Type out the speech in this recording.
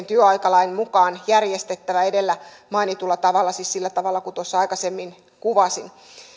työaikalain mukaan järjestettävä edellä mainitulla tavalla siis sillä tavalla kuin tuossa aikaisemmin kuvasin